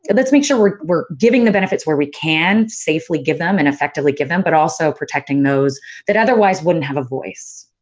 but let's make sure we're we're giving the benefits where we can safely give them, and effectively give them, but also, protecting those that otherwise wouldn't have a voice.